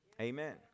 Amen